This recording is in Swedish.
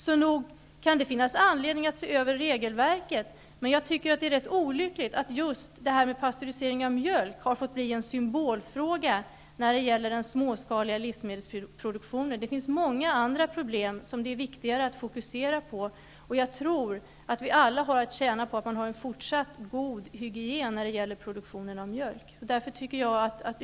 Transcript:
Nog kan det finnas anledning att se över regelverket. Men jag tycker att det är rätt olyckligt att just detta med pastörisering av mjölk har fått bli en symbolfråga när det gäller den småskaliga livsmedelsproduktionen. Det finns många andra problem som är viktigare att fokusera. Jag tror vi alla kommer att tjäna på en fortsatt god hygien vid produktionen av mjölk.